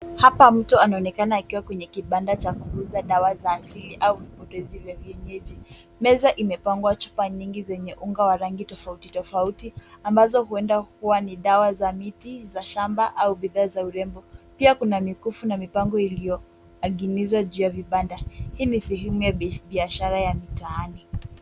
Hapa mtu anaonekana akiwa kwenye kibanda cha kuuza dawa za asili au vipodozi za vienyeji. Meza imepangwa chupa nyingi zenye unga wa rangi tofauti tofauti ambazo huenda ni dawa za miti za shamba bidhaa urembo. Pia kuna mikufu iliyoaginizwa juu ya vibanda. Huu ni sehemu ya biashara ya mitaani.